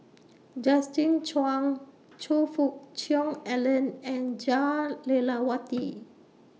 Justin Zhuang Choe Fook Cheong Alan and Jah Lelawati